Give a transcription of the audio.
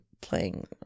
playing